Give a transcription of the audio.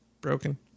broken